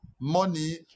Money